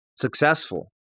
successful